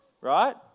right